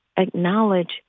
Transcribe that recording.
Acknowledge